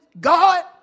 God